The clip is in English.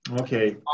Okay